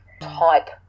type